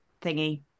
thingy